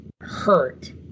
hurt